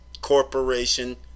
corporation